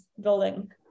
building